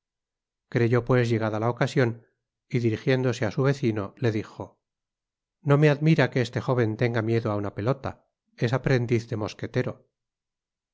creyó pues lie gada la ocasion y dirigiéndose á su vecino le dijo no me admira que este joven tenga miedo áuna pelota eá aprendiz de mosquetero